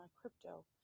crypto